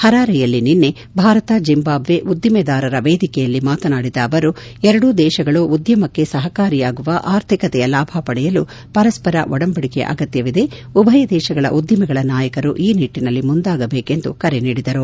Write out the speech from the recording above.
ಹರಾರೆಯಲ್ಲಿ ನಿನ್ನೆ ಭಾರತ ಜಿಂಬಾಬ್ವೆ ಉದ್ದಿಮೆದಾರರ ವೇದಿಕೆಯಲ್ಲಿ ಮಾತನಾಡಿದ ಅವರು ಎರಡೂ ದೇಶಗಳು ಉದ್ಯಮಕ್ಕೆ ಸಹಕಾರಿಯಾಗುವ ಆರ್ಥಿಕತೆಯ ಲಾಭ ಪಡೆಯಲು ಪರಸ್ಪರ ಒಡಂಬಡಿಕೆಯ ಅಗತ್ನವಿದೆ ಉಭಯ ದೇಶಗಳ ಉದ್ದಿಮೆಗಳ ನಾಯಕರು ಈ ನಿಟ್ಟಿನಲ್ಲಿ ಮುಂದಾಗಬೇಕು ಎಂದು ಕರೆ ನೀಡಿದರು